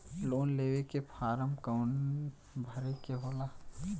Loan लेवे के form कौन भरे के होला?